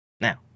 Now